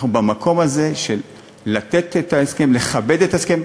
אנחנו במקום הזה של לתת את ההסכם, לכבד את ההסכם.